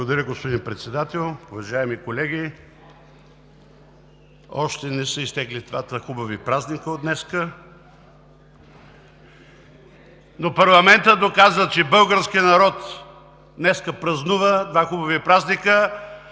Благодаря, господин Председател. Уважаеми колеги, още не са изтекли двата хубави празника от днес, но парламентът доказа, че българският народ днес празнува два хубави празника,